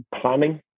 planning